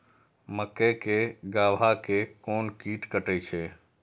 मक्के के गाभा के कोन कीट कटे छे?